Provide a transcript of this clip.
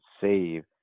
save